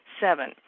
Seven